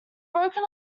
broken